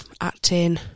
acting